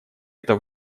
это